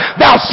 thou